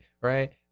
right